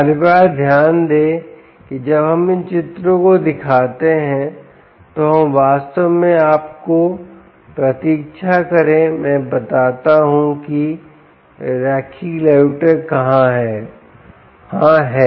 हर बार ध्यान दें कि जब हम इन चित्रों को दिखाते हैं तो हम वास्तव में आपको प्रतीक्षा करें मैं बताता हूं कि रैखिक रेगुलेटर कहां है हां है